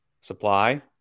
supply